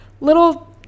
little